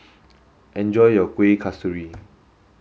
enjoy your Kuih Kasturi